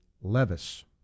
Levis